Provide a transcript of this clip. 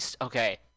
okay